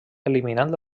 eliminant